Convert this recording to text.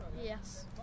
Yes